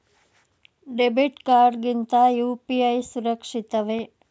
Debit card ಗಿಂತ UPI ಸುರಕ್ಷಿತವೇ?